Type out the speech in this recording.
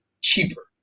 cheaper